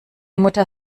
mutter